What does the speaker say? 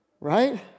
Right